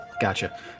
gotcha